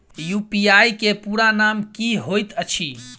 UPI केँ पूरा नाम की होइत अछि?